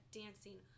dancing